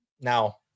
now